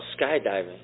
skydiving